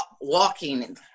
walking